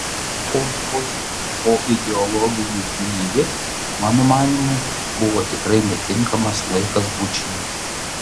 po žodžių o ideologiniu naivi mano manymu buvo tikrai netinkamas laikas bučiniui